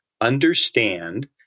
understand